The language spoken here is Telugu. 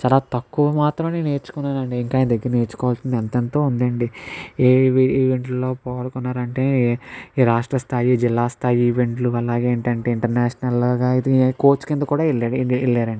చాలా తక్కువ మాత్రమే నేను నేర్చుకున్నాను అండి ఇంకా ఆయన దగ్గర నేర్చుకోవాల్సింది ఎంతో ఉంది అండి ఏ ఈవెంట్లో పాల్గొన్నారు అంటే ఈ రాష్ట్రస్థాయి జిల్లాస్థాయి ఈవెంట్లు అలాగే ఏంటంటే ఇంటర్నేషనల్గా అయితే కోచ్ కింద కూడా వెళ్ళాడు వెళ్ళారు అండి